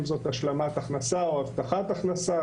אם זה השלמת הכנסה או הבטחת הכנסה.